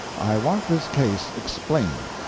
i want this case explained.